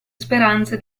speranze